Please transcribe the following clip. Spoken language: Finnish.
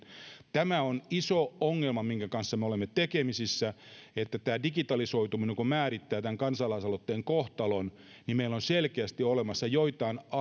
tämä on iso ongelma minkä kanssa me olemme tekemisissä että digitalisoituminen määrittää kansalaisaloitteen kohtalon meillä on selkeästi olemassa joitain